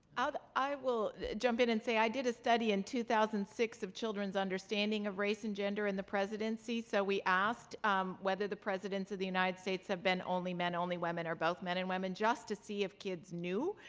i will jump in and say i did a study in two thousand and six of children's understanding of race and gender in the presidency. so we asked whether the presidents of the united states have been only men, only women, or both men and women, just to see if kids knew.